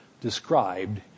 described